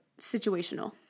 situational